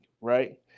right